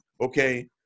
Okay